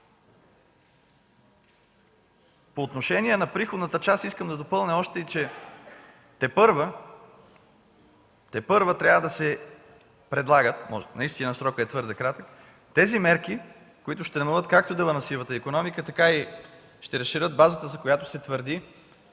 По отношение на приходната част искам да допълня още, че тепърва трябва да се предлагат – наистина срокът е твърде кратък, мерките, които ще намалят както дела на сивата икономика, така и ще разширят базата, за която се твърди,